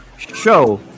show